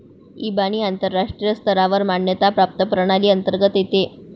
इबानी आंतरराष्ट्रीय स्तरावर मान्यता प्राप्त प्रणाली अंतर्गत येते